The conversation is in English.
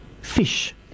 fish